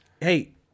Hey